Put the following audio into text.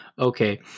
Okay